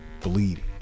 bleeding